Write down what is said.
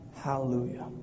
Hallelujah